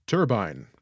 Turbine